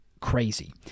crazy